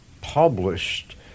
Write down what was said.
published